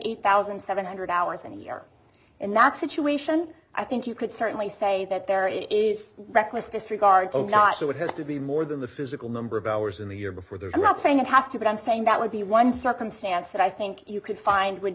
eight thousand seven hundred hours in a year in that situation i think you could certainly say that there is reckless disregard of not to what has to be more than the physical number of hours in the year before they're not saying it has to but i'm saying that would be one circumstance that i think you could find would